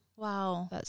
Wow